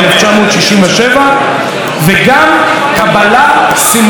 וגם קבלה סמלית של זכות השיבה.